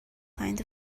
kind